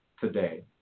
today